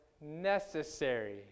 necessary